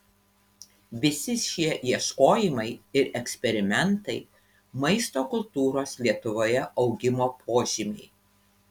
visi šie ieškojimai ir eksperimentai maisto kultūros lietuvoje augimo požymiai